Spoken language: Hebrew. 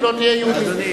היא לא תהיה יהודית.